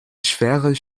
schweres